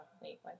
wait